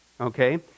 Okay